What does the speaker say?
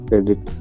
edit